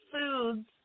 foods